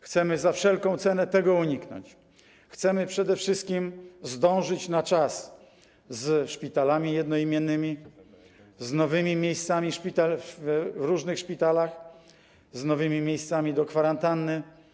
Chcemy za wszelką cenę tego uniknąć, chcemy przede wszystkim zdążyć na czas ze szpitalami jednoimiennymi, z nowymi miejscami w różnych szpitalach, z nowymi miejscami do kwarantanny.